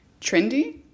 trendy